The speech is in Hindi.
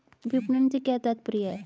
विपणन से क्या तात्पर्य है?